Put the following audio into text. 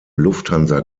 lufthansa